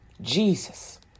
Jesus